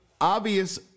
obvious